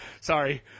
sorry